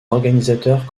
organisateurs